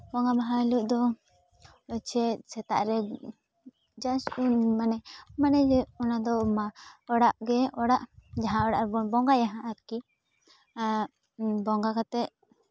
ᱵᱚᱸᱜᱟ ᱢᱟᱦᱟ ᱦᱤᱞᱳᱜ ᱫᱚ ᱪᱷᱮᱜ ᱥᱮᱛᱟᱜ ᱨᱮ ᱡᱟᱥᱴ ᱢᱟᱱᱮ ᱢᱟᱱᱮᱜᱮ ᱚᱱᱟᱫᱚ ᱚᱲᱟᱜ ᱜᱮ ᱚᱲᱟᱜ ᱡᱟᱦᱟᱸ ᱚᱲᱟᱜ ᱨᱮᱵᱚᱱ ᱵᱚᱸᱜᱟᱭᱟ ᱵᱚᱸᱜᱟ ᱠᱟᱛᱮᱜ